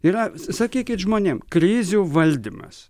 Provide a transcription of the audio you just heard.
yra sakykit žmonėm krizių valdymas